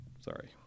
Sorry